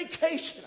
vacation